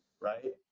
right